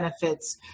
benefits